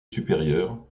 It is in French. supérieurs